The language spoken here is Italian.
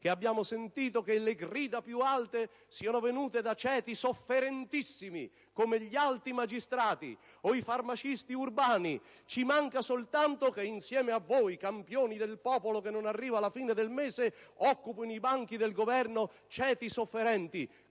cari colleghi - che le grida più alte vengano da ceti estremamente sofferenti come gli alti magistrati o i farmacisti urbani. Ci manca soltanto che insieme a voi, campioni del popolo che non arriva alla fine del mese, occupino i banchi del Governo ceti sofferenti